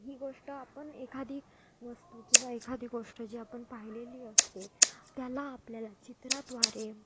ही गोष्ट आपण एखादी वस्तू किंवा एखादी गोष्ट जी आपण पाहिलेली असते त्याला आपल्याला चित्राद्वारे